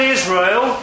Israel